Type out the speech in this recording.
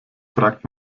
fragt